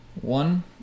One